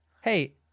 hey